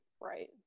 Right